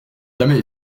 jamais